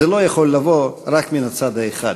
זה לא יכול לבוא רק מן הצד האחד.